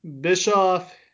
Bischoff